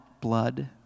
blood